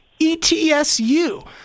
ETSU